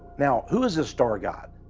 now, who is this star god?